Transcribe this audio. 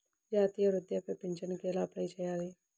జాతీయ వృద్ధాప్య పింఛనుకి ఎలా అప్లై చేయాలి?